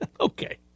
Okay